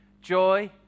joy